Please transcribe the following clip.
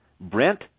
Brent